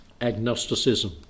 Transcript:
agnosticism